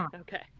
Okay